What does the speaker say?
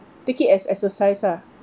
take it as exercise lah